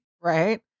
Right